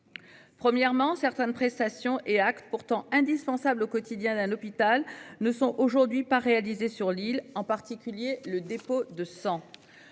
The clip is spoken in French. Premièrement certaines prestations et actes pourtant indispensables au quotidien d'un hôpital ne sont aujourd'hui pas réalisé sur l'île, en particulier le dépôt de sang.